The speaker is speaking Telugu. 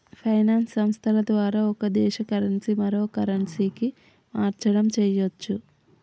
ఫైనాన్స్ సంస్థల ద్వారా ఒక దేశ కరెన్సీ మరో కరెన్సీకి మార్చడం చెయ్యచ్చు